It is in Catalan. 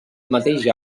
mateix